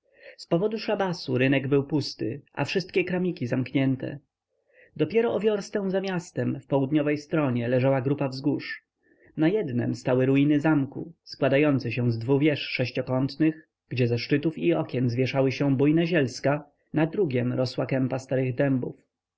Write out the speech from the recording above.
z powodu szabasu rynek był pusty a wszystkie kramiki zamknięte dopiero o wiorstę za miastem w południowej stronie leżała grupa wzgórz na jednem stały ruiny zamku składające się z dwu wież sześciokątnych gdzie ze szczytów i okien zwieszały się bujne zielska na drugiem rosła kępa starych dębów